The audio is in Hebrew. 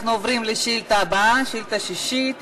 אנחנו עוברים לשאילתה הבאה, שאילתה שישית.